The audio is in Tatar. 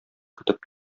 көтеп